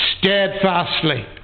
steadfastly